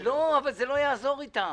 --- לא נכון,